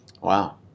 Wow